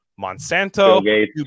Monsanto